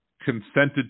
consented